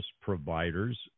providers